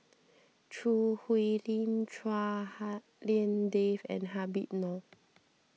Choo Hwee Lim Chua Hak Lien Dave and Habib Noh